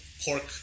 pork